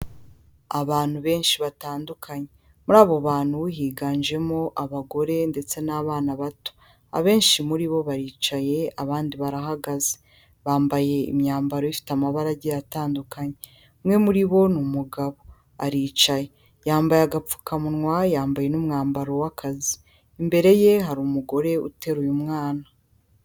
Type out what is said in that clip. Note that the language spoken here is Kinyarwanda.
Abantu benshi batandukanye muri abo bantu higanjemo abagore ndetse n'abana bato abenshi muri bo baricaye abandi barahagaze bambaye imyambaro ifite amabara agiye atandukanye, umwe muri bo ni umugabo aricaye yambaye agapfukamunwa yambaye n'umwambaro w'akazi imbere ye hari umugore uteruye mwana.